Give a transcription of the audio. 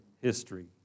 history